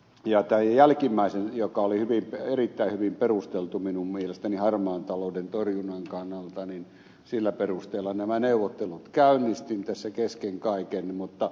ja tämän jälkimmäisen joka oli erittäin hyvin perusteltu minun mielestäni harmaan talouden torjunnan kannalta perusteella nämä neuvottelut käynnistin tässä kesken kaiken mutta sitten meidän voimahahmomme ed